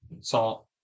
salt